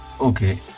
Okay